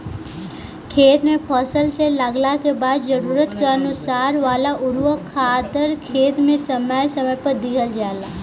खेत में फसल के लागला के बाद जरूरत के अनुसार वाला उर्वरक खादर खेत में समय समय पर दिहल जाला